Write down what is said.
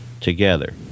together